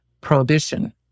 prohibition